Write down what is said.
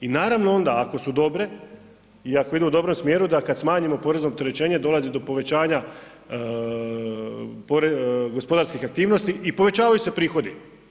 I naravno onda ako su dobre i ako idu u dobrom smjeru da kada smanjimo porezno opterećenje dolazi do povećanja gospodarskih aktivnosti i povećavaju se prihodi.